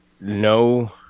no